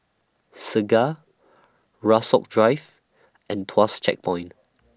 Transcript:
Segar Rasok Drive and Tuas Checkpoint